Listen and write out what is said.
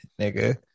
nigga